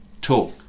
talk